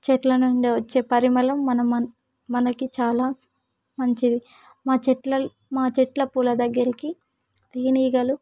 చెట్ల నుండి వచ్చే పరిమళం మనమ మనకి చాలా మంచి మా చెట్ల మా చెట్ల పూల దగ్గరికి తేనీగలు